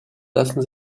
lassen